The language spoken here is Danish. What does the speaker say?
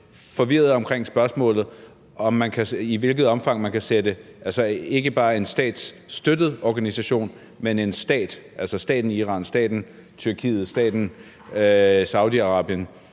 forvirret i forhold til spørgsmålet om, i hvilket omfang man kan sætte ikke bare en statsstøttet organisation, men en stat som staten Iran, staten Tyrkiet og staten Saudi-Arabien